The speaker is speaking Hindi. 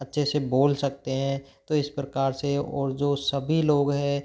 अच्छे से बोल सकते हैं तो इस प्रकार से और जो सभी लोग है